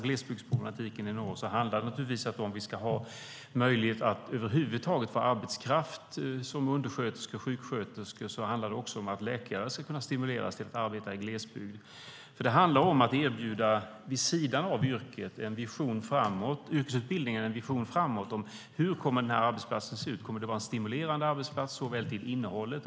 Glesbygdsproblematiken i norr handlar naturligtvis om att om vi ska ha möjlighet att över huvud taget få arbetskraft som undersköterskor och sjuksköterskor måste också läkare kunna stimuleras till att arbeta i glesbygd. Det handlar om att vid sidan av yrkesutbildningen erbjuda en vision framåt. Hur kommer den här arbetsplatsen att se ut? Kommer det att vara en stimulerande arbetsplats till innehållet?